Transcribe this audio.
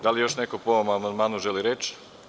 Da li još neko po ovom amandmanu želi reč?